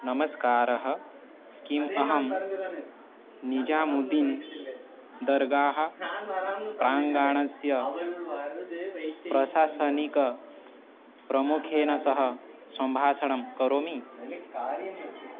नमस्कारः किम् अहं निजामुदीन् दर्गाः प्राङ्गणस्य प्रशासनिकप्रमुखेन सह सम्भाषणं करोमि